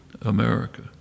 America